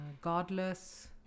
Godless